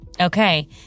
Okay